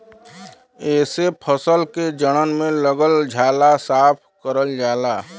एसे फसल के जड़न में लगल झाला साफ करल जाला